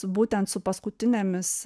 su būtent su paskutinėmis